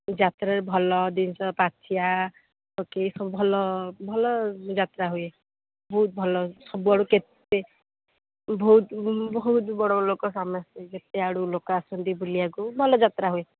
ଯାତ୍ରାରେ ଭଲ ଜିନଷ ପାଛିଆ ଟୋକେଇ ସବୁ ଭଲ ଭଲଯାତ୍ରା ହୁଏ ବହୁତ ଭଲ ସବୁ ଆଡ଼ୁ କେତେ ବହୁତ ବହୁତ ବଡ଼ ବଡ଼ଲୋକ ସମସ୍ତେ କେତେ ଆଡ଼ୁ ଲୋକ ଆସନ୍ତି ବୁଲିବାକୁ ଭଲ ଯାତ୍ରା ହୁଏ